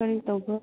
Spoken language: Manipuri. ꯀꯔꯤ ꯇꯧꯒꯦ